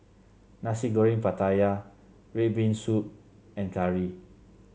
Nasi Goreng Pattaya red bean soup and curry